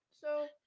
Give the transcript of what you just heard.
So-